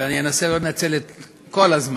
ואני אנסה לא לנצל את כל הזמן,